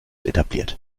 etabliert